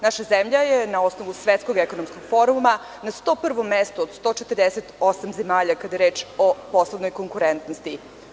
Naša zemlja je na osnovu svetskog ekonomskog foruma na 101. mestu od 148 zemalja, kada je reč o poslovnoj konkurentnosti.